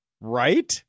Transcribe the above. Right